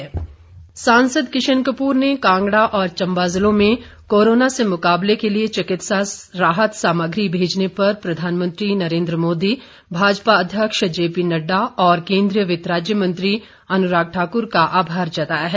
किशन कपूर सांसद किशन कपूर ने कांगड़ा और चंबा जिलों में कोरोना से मुकाबले के लिए चिकित्सा राहत सामग्री भेजने पर प्रधानमंत्री नरेंद्र मोदी भाजपा अध्यक्ष जेपी नड़्डा और केंद्रीय वित्त राज्य मंत्री अनुराग ठाकुर का आभार जताया है